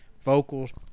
vocals